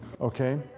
Okay